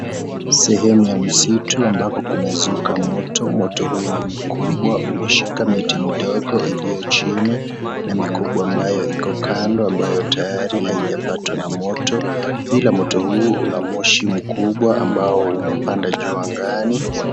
Sehemu ya msitu ambapo kumezuka moto, moto huu ni mkubwa umeshika miti midogo iliyo chini na mikubwa ambayo iko kando ambayo tayari haijapatwa na moto ila moto huu una moshi mkubwa ambao umepanda juu angani.